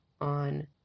on